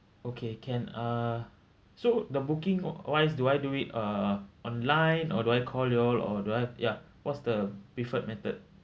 okay can uh so the booking wise do I do it uh online or do I call you all or do I ya what's the preferred method